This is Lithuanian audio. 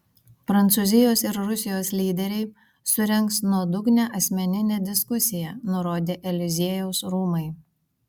prancūzijos ir rusijos lyderiai surengs nuodugnią asmeninę diskusiją nurodė eliziejaus rūmai